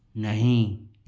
नहीं